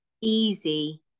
easy